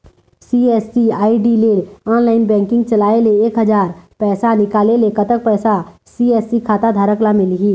CSC ID ले online banking चलाए ले एक हजार पैसा निकाले ले कतक पैसा सी.एस.सी खाता धारक ला मिलही?